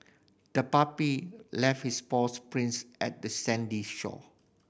the puppy left its paws prints at the sandy shore